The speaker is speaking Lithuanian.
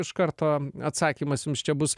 iš karto atsakymas jums čia bus